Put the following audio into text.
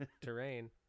terrain